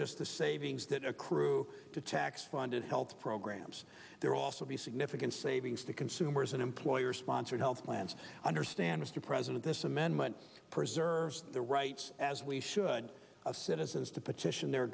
just the savings that accrue to tax funded health programs there are also be significant savings to consumers and employer sponsored health plans understand mr president this amendment preserves their rights as we should of citizens to petition their